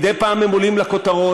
מדי פעם הם עולים לכותרות.